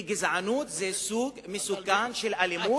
כי גזענות זה סוג מסוכן של אלימות,